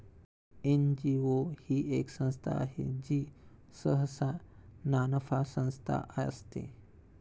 NGO ही एक संस्था आहे जी सहसा नानफा संस्था असते